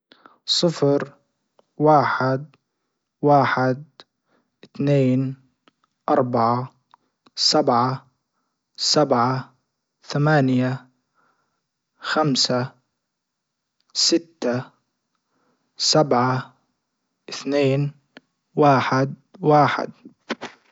صفر واحد واحد اتنين اربعة سبعة سبعة ثمانية خمسة ستة سبعة اثنين واحد واحد.